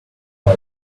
why